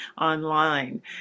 online